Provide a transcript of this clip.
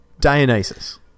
Dionysus